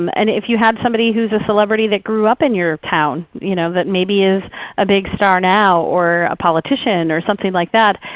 um and if you have somebody who's a celebrity that grew up in your town you know that maybe is a big star now, or a politician or something like that,